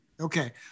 Okay